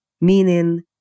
Meaning